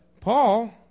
Paul